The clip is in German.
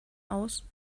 aus